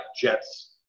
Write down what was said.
jets